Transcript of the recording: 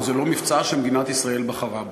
או זה לא מבצע שמדינת ישראל בחרה בו,